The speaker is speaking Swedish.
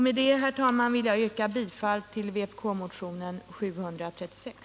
Med det, herr talman, ber jag att få yrka bifall till vpk:s motion 736.